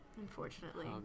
unfortunately